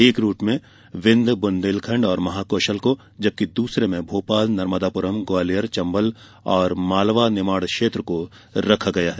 एक रूट में विन्ध्य बुन्देलखण्ड और महाकौशल को और दूसरे में भोपाल नर्मदाप्रम ग्वालियर चम्बल और मालवा निमाड़ क्षेत्र को रखा गया है